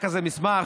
שאמרתי,